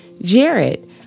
Jared